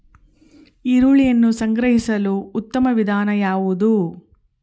ಈರುಳ್ಳಿಯನ್ನು ಸಂಗ್ರಹಿಸಲು ಉತ್ತಮ ವಿಧಾನ ಯಾವುದು?